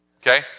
Okay